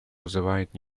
вызывает